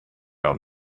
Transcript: own